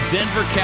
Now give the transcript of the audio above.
Denver